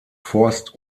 forst